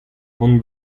hon